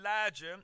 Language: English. Elijah